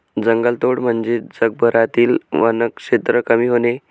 जंगलतोड म्हणजे जगभरातील वनक्षेत्र कमी होणे